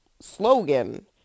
slogan